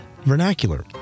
vernacular